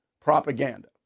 propaganda